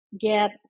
get